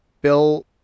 Bill